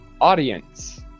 audience